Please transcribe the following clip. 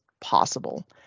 possible